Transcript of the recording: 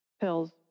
pills